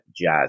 Jazz